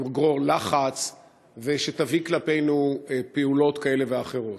שתגרור לחץ ושתביא כלפינו פעולות כאלה ואחרות.